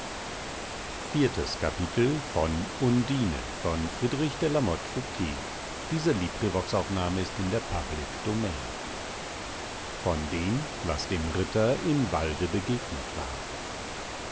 kapitel von dem was dem ritter im walde begegnet war